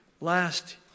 last